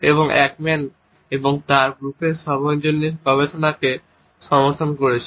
এবং একম্যান এবং তার গ্রুপের সার্বজনীন গবেষণাকে সমর্থন করেছেন